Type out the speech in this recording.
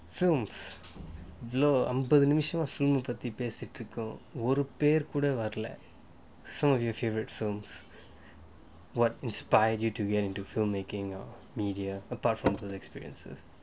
films அம்பது நிமிஷம் சும்ம படுத்தி ஒரு பேர் கூட வரல:ambathu nimisham chumma paduthi oru per kuda varala what inspired you to get into filmmaking or media apart from those experiences